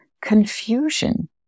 confusion